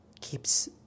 keeps